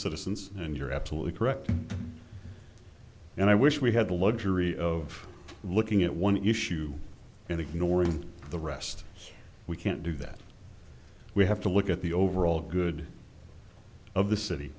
citizens and you're absolutely correct and i wish we had the luxury of looking at one issue in the north and the rest we can't do that we have to look at the overall good of the city